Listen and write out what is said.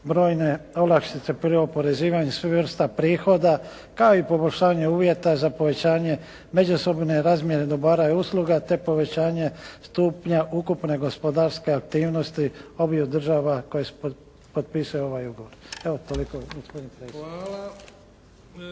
brojne olakšice pri oporezivanju svih vrsta prihoda kao i poboljšanje uvjeta za povećanje međusobne razmjene dobara i usluga, te povećanje stupnja ukupne gospodarske aktivnosti obiju država koje su potpisale ovaj ugovor. Evo toliko gospodine predsjedniče.